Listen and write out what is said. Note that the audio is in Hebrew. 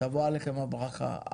תבוא עליכם הברכה.